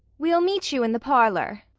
we'll meet you in the parlor.